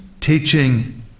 teaching